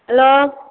hello